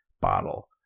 bottle